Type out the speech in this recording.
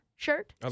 shirt